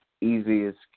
easiest